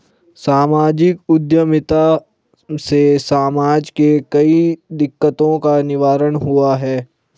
सामाजिक उद्यमिता से समाज के कई दिकक्तों का निवारण हुआ है